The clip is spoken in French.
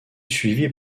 suivie